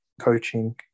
coaching